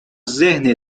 ذهن